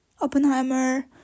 Oppenheimer